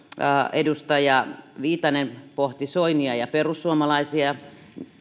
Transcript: edustaja viitanen pohti soinia ja perussuomalaisia